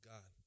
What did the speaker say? God